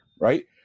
right